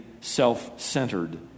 self-centered